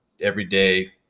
everyday